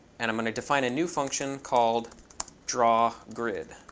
and i'm going to define a new function called drawgrid.